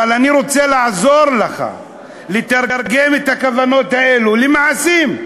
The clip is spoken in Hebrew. אבל אני רוצה לעזור לך לתרגם את הכוונות האלה למעשים.